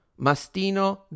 Mastino